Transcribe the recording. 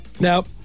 Now